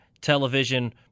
television